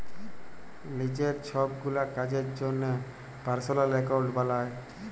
লিজের ছবগুলা কাজের জ্যনহে পার্সলাল একাউল্ট বালায়